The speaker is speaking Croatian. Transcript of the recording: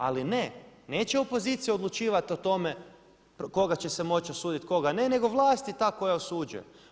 Ali ne, neće opozicija odlučivati o tome koga će se moći osuditi, a koga ne nego vlast je ta koja osuđuje.